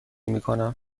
میکنم